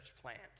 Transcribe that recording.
plant